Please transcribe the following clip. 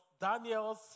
Daniel's